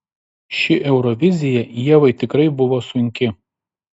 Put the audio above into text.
ši eurovizija ievai tikrai buvo sunki